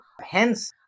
hence